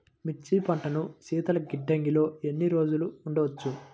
మిర్చి పంటను శీతల గిడ్డంగిలో ఎన్ని రోజులు ఉంచవచ్చు?